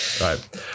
right